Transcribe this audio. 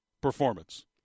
performance